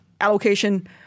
allocation